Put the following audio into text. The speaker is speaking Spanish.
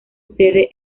sede